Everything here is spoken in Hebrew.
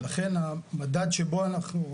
ולכן המדד שבו אנחנו,